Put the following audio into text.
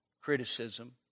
criticism